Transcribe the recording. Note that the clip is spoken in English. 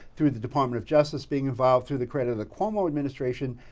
through the department of justice being involved, through the credit of the cuomo administration,